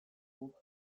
guk